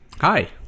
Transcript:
Hi